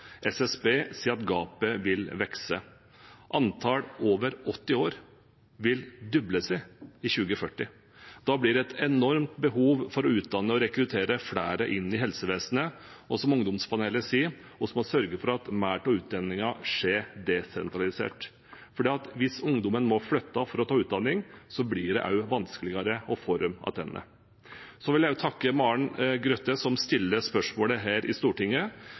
vil doble seg i 2040. Da blir det et enormt behov for å utdanne og rekruttere flere inn i helsevesenet, og som ungdomspanelet sier: Vi må sørge for at mer av utdanningen skjer desentralisert. Hvis ungdommen må flytte for å ta utdanning, blir det også vanskeligere å få dem tilbake. Så vil jeg også takke Maren Grøthe som stiller spørsmålet her i Stortinget.